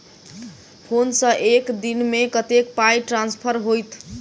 Phone सँ एक दिनमे कतेक पाई ट्रान्सफर होइत?